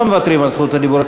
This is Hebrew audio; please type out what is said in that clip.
לא מוותרים על זכות הדיבור.